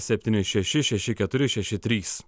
septyni šeši šeši keturi šeši trys